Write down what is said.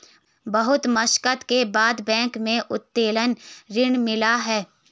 बहुत मशक्कत के बाद बैंक से उत्तोलन ऋण मिला है